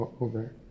over